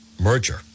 merger